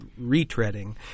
retreading